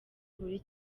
buri